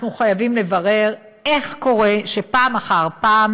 אנחנו חייבים לברר איך קורה שפעם אחר פעם